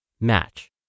Match